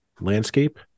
landscape